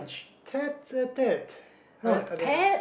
tête-à-tête I I don't know